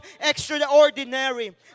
extraordinary